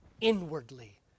inwardly